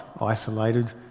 isolated